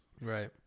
Right